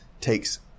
takes